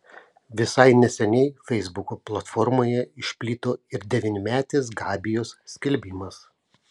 visai neseniai feisbuko platformoje išplito ir devynmetės gabijos skelbimas